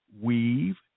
weave